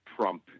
Trump